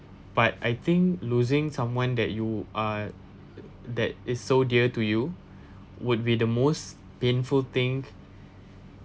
but I think losing someone that you are that it's so dear to you would be the most painful thing painful thing